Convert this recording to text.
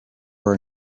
are